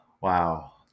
wow